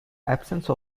absence